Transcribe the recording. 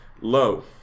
Low